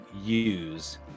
use